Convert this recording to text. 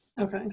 Okay